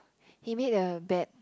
he made a bet